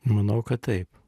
manau kad taip